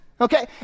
Okay